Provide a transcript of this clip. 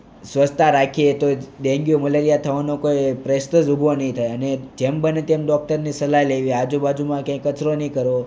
સ્વચ્છતા રાખીએ તો ડેન્ગ્યુ મલેરિયા થવાનો કોઈ પ્રશ્ન જ ઊભો નહીં થાય અને જેમ બને તેમ ડોક્ટરની સલાહ લેવી આજુબાજુમાં ક્યાંય કચરો નહીં કરો